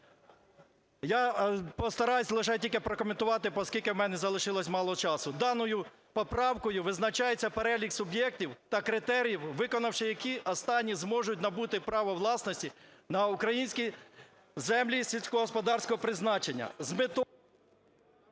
Я постараюсь лише тільки прокоментувати, оскільки в мене залишилось мало часу. Даною поправкою визначається перелік суб’єктів та критеріїв, виконавши які, останні зможуть набути право власності на українські землі сільськогосподарського призначення.